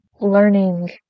learning